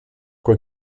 quoi